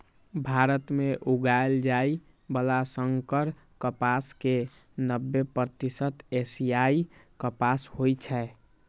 भारत मे उगाएल जाइ बला संकर कपास के नब्बे प्रतिशत एशियाई कपास होइ छै